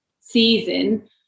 season